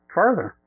further